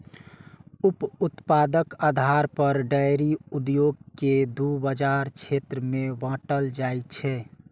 उप उत्पादक आधार पर डेयरी उद्योग कें दू बाजार क्षेत्र मे बांटल जाइ छै